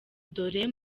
dore